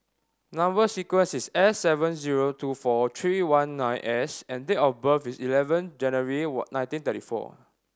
number sequence is S seven zero two four three one nine S and date of birth is eleven January nineteen thirty four